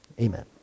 Amen